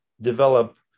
develop